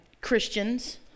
Christians